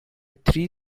three